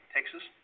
Texas